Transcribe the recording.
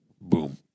boom